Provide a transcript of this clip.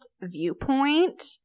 viewpoint